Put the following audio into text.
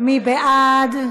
מי בעד?